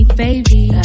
baby